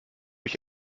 ich